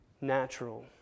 natural